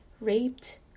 raped